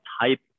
type